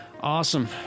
awesome